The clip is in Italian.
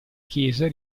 chiesa